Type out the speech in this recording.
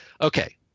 Okay